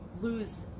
lose